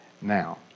Now